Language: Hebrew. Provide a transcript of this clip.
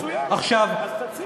מצוין, אז תציע.